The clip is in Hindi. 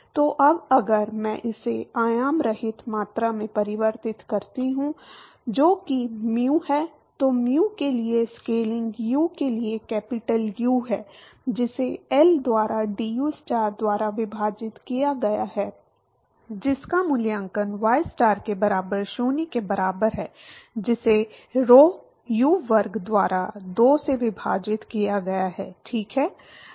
तो अब अगर मैं इसे आयाम रहित मात्रा में परिवर्तित करता हूं जो कि म्यू है तो म्यू के लिए स्केलिंग यू के लिए केपिटल यू है जिसे एल द्वारा dustar द्वारा विभाजित किया गया है जिसका मूल्यांकन y स्टार के बराबर 0 के बराबर है जिसे rho U वर्ग द्वारा 2 से विभाजित किया गया है ठीक है